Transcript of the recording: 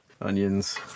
Onions